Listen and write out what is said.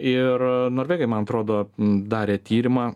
ir norvegai man atrodo darė tyrimą